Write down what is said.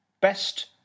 best